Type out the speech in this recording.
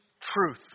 truth